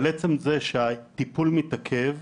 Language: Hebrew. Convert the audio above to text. אבל בעצם זה שהטיפול מתעכב,